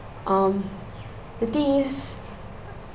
um the thing is